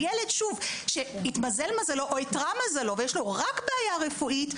לילד שהתמזל מזלו או איתרע מזלו ויש לו רק בעיה רפואית,